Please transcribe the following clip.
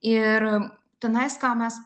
ir tenais ką mes